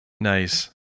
Nice